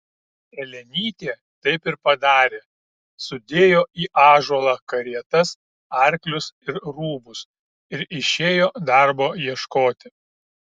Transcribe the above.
elenytė taip ir padarė sudėjo į ąžuolą karietas arklius ir rūbus ir išėjo darbo ieškoti